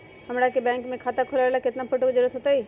हमरा के बैंक में खाता खोलबाबे ला केतना फोटो के जरूरत होतई?